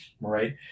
right